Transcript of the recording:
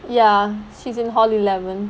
ya she's in hall eleven